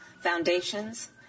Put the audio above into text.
foundations